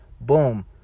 Boom